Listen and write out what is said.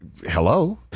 Hello